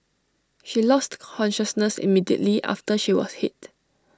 she lost consciousness immediately after she was hit